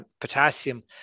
potassium